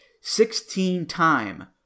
Sixteen-time